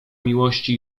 miłości